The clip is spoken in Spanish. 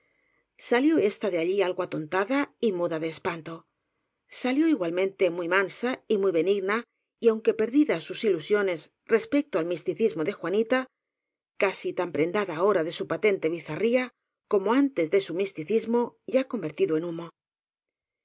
salió ésta de allí algo atontada y muda de espanto salió igualmente muy mansa y muy benigna y aunque perdidas sus ilu siones respecto al misticismo de'juanita casi tan prendada ahora de su patente bizarría como antes de su misticismo ya convertido en humo